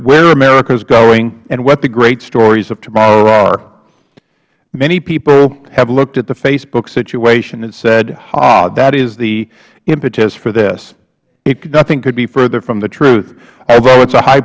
here america is going and what the great stories of tomorrow are many people have looked at the facebook situation and said ha that is the impetus for this nothing could be further from the truth although it is a high